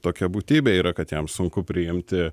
tokia būtybė yra kad jam sunku priimti